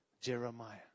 Jeremiah